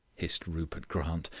hissed rupert grant,